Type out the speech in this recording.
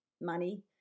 money